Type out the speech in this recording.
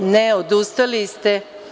Ne, odustali ste.